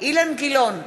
אילן גילאון,